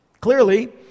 Clearly